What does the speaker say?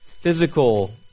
physical